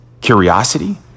curiosity